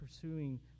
pursuing